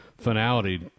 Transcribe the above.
finality